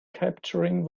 capturing